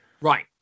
Right